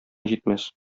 җитмәс